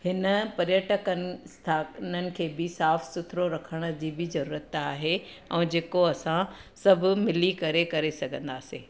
हिन पर्यटकनि स्थापननि खे बि साफ़ु सुथरो रखण जी बि ज़रूरत आहे ऐं जेको असां सभु मिली करे करे सघंदासीं